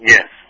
Yes